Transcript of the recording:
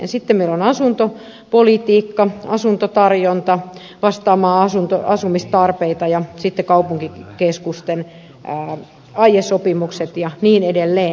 sitten meillä on asuntopolitiikka asuntotarjonta vastaamaan asumistarpeita ja sitten kaupunkikeskusten aiesopimukset ja niin edelleen